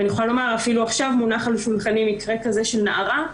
אפילו עכשיו מונח על שולחני מקרה כזה של נערה,